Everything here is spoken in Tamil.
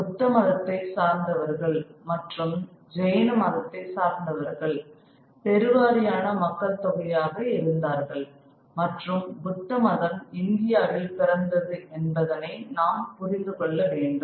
புத்த மதத்தைச் சார்ந்தவர்கள் மற்றும் ஜெயின மதத்தை சார்ந்தவர்கள் பெருவாரியான மக்கள் தொகையாக இருந்தார்கள் மற்றும் புத்த மதம் இந்தியாவில் பிறந்தது என்பதனை நாம் புரிந்து கொள்ள வேண்டும்